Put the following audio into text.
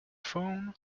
phone